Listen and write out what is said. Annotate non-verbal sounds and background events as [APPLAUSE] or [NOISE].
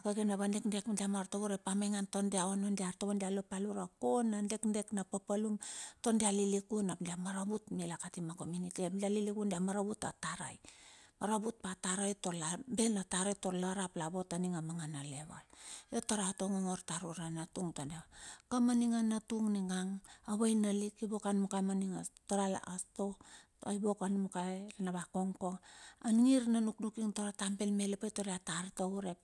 akakaina vadekdek tar ma artovo urep amaingan tar dia ono artovo dia lopa lura kona dekdek na papalum tar dia lilikun ap dia maravut mila kati ma komuniti, ap dia lilikun ap dia maravut a tarai, [NOISE] maravut atarai la ben a tarai tarla rap la vot aninga mangana leval. [NOISE] io tar aot ongongor tar ura natung tar dia, ka ma ninga natung ningang avaina lik ivok anumoka maninga sto, ivok anumoka rena kongkong. Angir na nuknuking tar ata ben melet pai tar iata artovo urep.